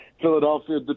Philadelphia